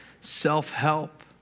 self-help